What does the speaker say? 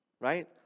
right